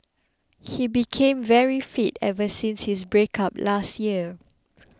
he became very fit ever since his breakup last year